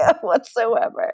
whatsoever